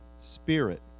spirit